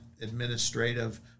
administrative